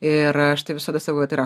ir aš tai visada sakau kad yra